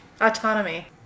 Autonomy